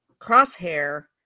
Crosshair